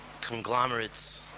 conglomerates